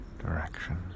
direction